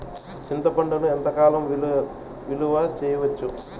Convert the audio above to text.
చింతపండును ఎంత కాలం నిలువ చేయవచ్చు?